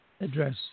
address